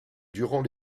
durant